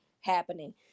happening